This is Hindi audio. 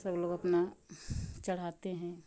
सब लोग अपना चढ़ाते हैं